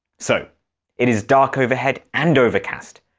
so it is dark overhead and overcast.